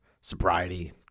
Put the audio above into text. sobriety